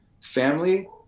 family